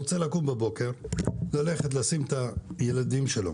הוא רוצה לקום בבוקר, ללכת לשים את הילדים שלו